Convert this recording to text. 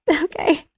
Okay